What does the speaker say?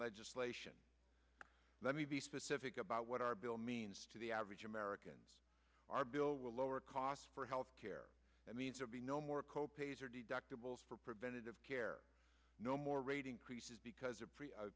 legislation let me be specific about what our bill means to the average american our bill will lower costs for health care and means or be no more co pays or deductibles for preventative care no more rate increases because of